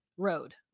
road